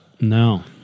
No